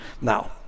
Now